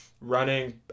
running